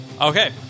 Okay